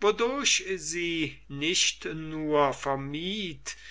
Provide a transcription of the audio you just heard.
wodurch sie nicht nur vermied